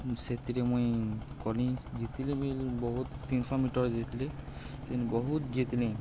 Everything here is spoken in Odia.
ସେଥିରେ ମୁଇଁ ଗଲି ଜିତି୍ଲି ବି ବହୁତ୍ ତିନ୍ଶହ ମିଟର୍ ଜିତ୍ଲି ବହୁତ୍ ଜିତ୍ଲି